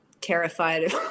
terrified